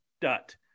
dot